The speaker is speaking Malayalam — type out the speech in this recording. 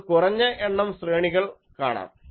നമുക്ക് കുറഞ്ഞ എണ്ണം ശ്രേണികൾ കാണാം